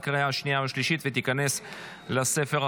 בעד, 11, אפס מתנגדים.